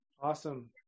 Awesome